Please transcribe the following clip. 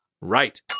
Right